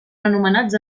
anomenats